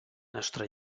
nostra